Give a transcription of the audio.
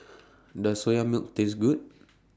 Does Soya Milk Taste Good